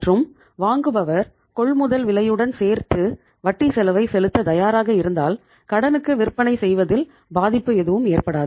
மற்றும் வாங்குபவர் கொள்முதல் விலையுடன் சேர்த்து வட்டி செலவை செலுத்த தயாராக இருந்தால் கடனுக்கு விற்பனை செய்வதில் பாதிப்பு எதுவும் ஏற்படாது